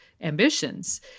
ambitions